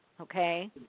Okay